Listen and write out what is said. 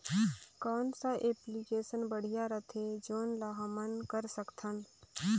कौन सा एप्लिकेशन बढ़िया रथे जोन ल हमन कर सकथन?